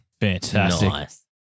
Fantastic